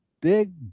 big